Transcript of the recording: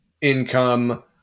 income